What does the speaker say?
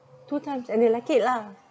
two times and they like it lah